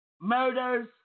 murders